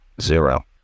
zero